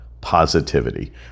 positivity